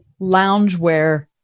loungewear